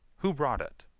who brought it?